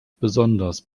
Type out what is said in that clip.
besonders